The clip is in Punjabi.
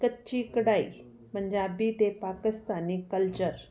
ਕੱਚੀ ਕਢਾਈ ਪੰਜਾਬੀ ਅਤੇ ਪਾਕਿਸਤਾਨੀ ਕਲਚਰ